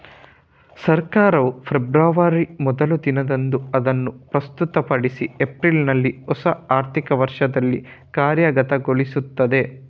ಸರ್ಕಾರವು ಫೆಬ್ರವರಿ ಮೊದಲ ದಿನದಂದು ಅದನ್ನು ಪ್ರಸ್ತುತಪಡಿಸಿ ಏಪ್ರಿಲಿನಲ್ಲಿ ಹೊಸ ಆರ್ಥಿಕ ವರ್ಷದಲ್ಲಿ ಕಾರ್ಯಗತಗೊಳಿಸ್ತದೆ